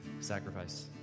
sacrifice